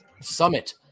summit